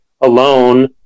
alone